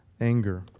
anger